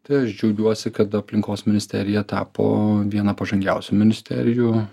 tai aš džiaugiuosi kad aplinkos ministerija tapo viena pažangiausių ministerijų